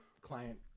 client